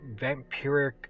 vampiric